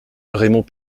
raymond